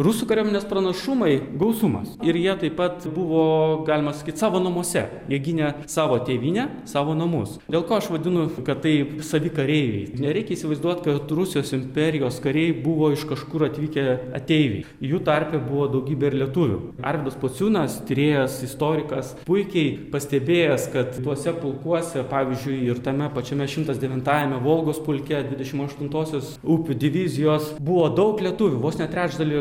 rusų kariuomenės pranašumai gausumas ir jie taip pat buvo galima sakyti savo namuose jie gynė savo tėvynę savo namus dėl ko aš vadinu kad taip savi kareiviai nereikia įsivaizduoti kad rusijos imperijos kariai buvo iš kažkur atvykę ateiviai jų tarpe buvo daugybė ir lietuvių arvydas pociūnas tyrėjas istorikas puikiai pastebėjęs kad tuose pulkuose pavyzdžiui ir tame pačiame šimtas devintajame volgos pulke dvidešim aštuntosios upių divizijos buvo daug lietuvių vos trečdalį